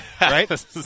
right